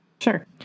Sure